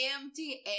Empty